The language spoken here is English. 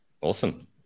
awesome